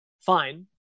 fine